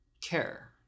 care